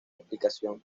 explicación